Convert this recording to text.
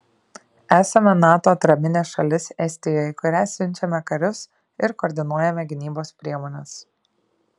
esame nato atraminė šalis estijoje į kurią siunčiame karius ir koordinuojame gynybos priemones